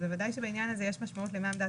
בוודאי שבעניין הזה יש משמעות לעמדת